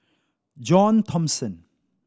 John Thomson